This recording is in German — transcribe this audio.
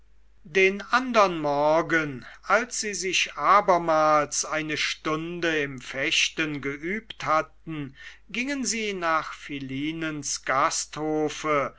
den andern morgen als sie sich abermals eine stunde im fechten geübt hatten gingen sie nach philinens gasthofe